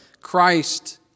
Christ